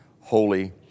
holy